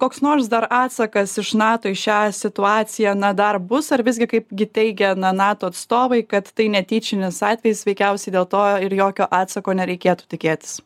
koks nors dar atsakas iš nato į šią situaciją na dar bus ar visgi kaip gi teigia na nato atstovai kad tai netyčinis atvejis veikiausiai dėl to ir jokio atsako nereikėtų tikėtis